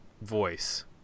voice